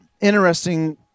interesting